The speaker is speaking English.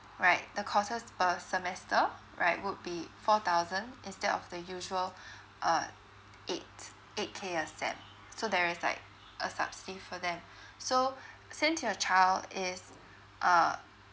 right the courses per semester right would be four thousand instead of the usual uh eight eight K a sem so there is like a subsidy for them so since your child is uh